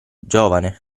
giovane